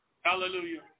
Hallelujah